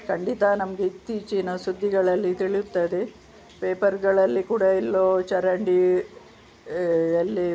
ಖಂಡಿತ ನಮಗೆ ಇತ್ತೀಚಿನ ಸುದ್ದಿಗಳಲ್ಲಿ ತಿಳಿಯುತ್ತದೆ ಪೇಪರ್ಗಳಲ್ಲಿ ಕೂಡ ಇಲ್ಲೋ ಚರಂಡಿ ಅಲ್ಲಿ